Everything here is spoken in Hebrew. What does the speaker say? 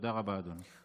תודה רבה, אדוני.